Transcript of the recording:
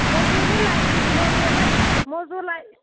موزوٗرۍ نَے لَگِوٕ موزوٗر لَگہِ موزوٗر لہ